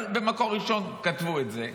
אבל במקור ראשון כתבו את זה.